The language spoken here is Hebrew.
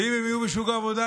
ואם הם יהיו בשוק העבודה,